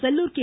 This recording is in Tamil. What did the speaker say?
செல்லூர் கே